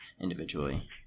individually